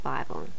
Bible